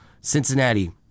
Cincinnati